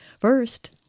first